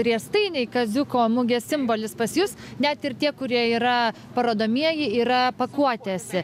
riestainiai kaziuko mugės simbolis pas jus net ir tie kurie yra parodomieji yra pakuotėse